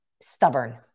Stubborn